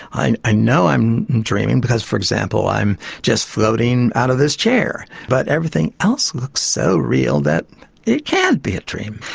i know i'm dreaming because, for example, i'm just floating out of this chair, but everything else looks so real that it can't be a dream.